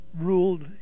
ruled